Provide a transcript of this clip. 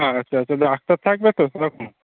আচ্ছা আচ্ছা ডাক্তার থাকবে তো তখন